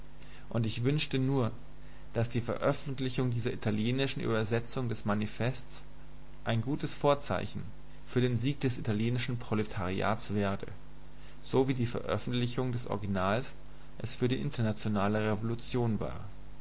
und ich wünschte nur daß die veröffentlichung dieser italienischen übersetzung des manifests ein gutes vorzeichen für den sieg des italienischen proletariats werde so wie die veröffentlichung des originals es für die internationale revolution war